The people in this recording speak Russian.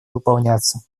выполняться